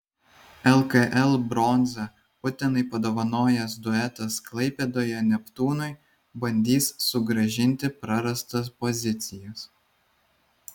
lkl bronzą utenai padovanojęs duetas klaipėdoje neptūnui bandys sugrąžinti prarastas pozicijas